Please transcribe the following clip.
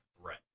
threat